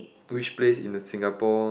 which place in the Singapore